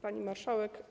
Pani Marszałek!